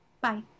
Bye